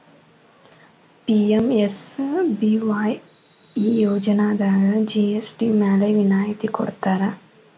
PMSBY ಈ ಯೋಜನಾದಾಗ GST ಮ್ಯಾಲೆ ವಿನಾಯತಿ ಕೊಡ್ತಾರಾ